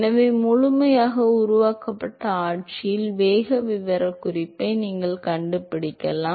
எனவே முழுமையாக உருவாக்கப்பட்ட ஆட்சியில் வேக விவரக்குறிப்பை நீங்கள் கண்டுபிடிக்கலாம்